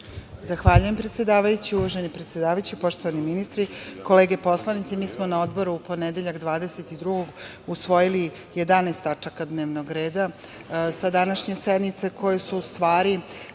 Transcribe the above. Zahvaljujem, predsedavajući. Uvaženi predsedavajući, poštovani ministri, kolege poslanici, mi smo na odboru u ponedeljak, 22. novembra, usvojili 11 tačaka dnevnog reda sa današnje sednice koje su u stvari